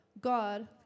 God